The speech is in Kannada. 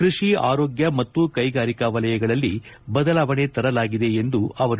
ಕೃಷಿ ಆರೋಗ್ಯ ಮತ್ತು ಕ್ಲೆಗಾರಿಕಾ ವಲಯಗಳಲ್ಲಿ ಬದಲಾವಣೆ ತರಲಾಗಿದೆ ಎಂದರು